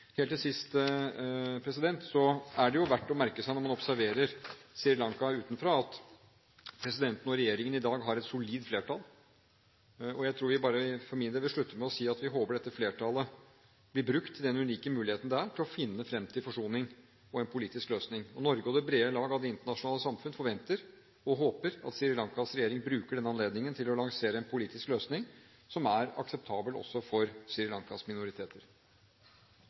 verdt å merke seg at presidenten og regjeringen i dag har et solid flertall, og jeg vil avslutte med å si at vi håper dette flertallet blir brukt til den unike muligheten dette er til å finne fram til forsoning og en politisk løsning. Norge og det brede lag av det internasjonale samfunn forventer og håper at Sri Lankas regjering bruker denne anledningen til å lansere en politisk løsning som er akseptabel også for Sri Lankas minoriteter.